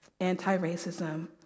anti-racism